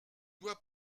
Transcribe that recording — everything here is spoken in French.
doit